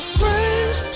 friends